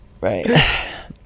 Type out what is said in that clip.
right